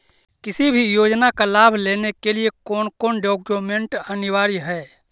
किसी भी योजना का लाभ लेने के लिए कोन कोन डॉक्यूमेंट अनिवार्य है?